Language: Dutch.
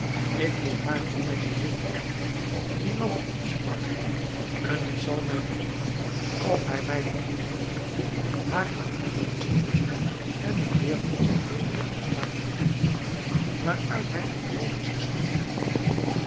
ik moet haar in mijn bezit krijgen die lamp sprak hij en t zal mij benieuwen of hij mij verhinderen kan haar aan hem te ontrukken en hem weer tot zijn nederigen staat terug te brengen waaruit hij omhoog is gestegen